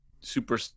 super